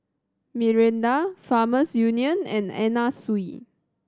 Mirinda Farmers Union and Anna Sui